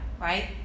right